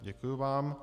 Děkuji vám.